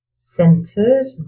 centered